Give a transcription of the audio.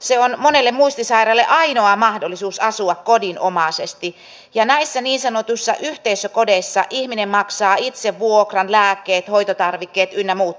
se on monelle muistisairaalle ainoa mahdollisuus asua kodinomaisesti ja näissä niin sanotuissa yhteisökodeissa ihminen maksaa itse vuokran lääkkeet hoitotarvikkeet ynnä muut tällaiset